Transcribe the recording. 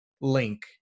link